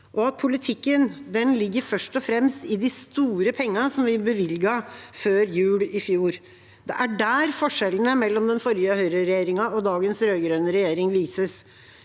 og at politikken først og fremst ligger i de store pengene som vi bevilget før jul i fjor. Det er der forskjellene mellom den forrige høyreregjeringa og dagens rød-grønne regjering vises.